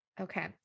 Okay